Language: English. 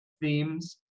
themes